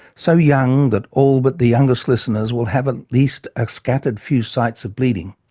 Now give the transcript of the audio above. so young that all but the youngest listeners will have at least a scattered few sites of bleeding,